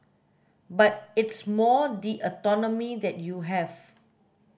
but it's more the autonomy that you have